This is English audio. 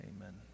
Amen